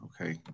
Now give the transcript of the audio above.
Okay